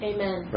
Amen